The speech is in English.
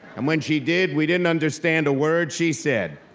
and when she did, we didn't understand a word she said.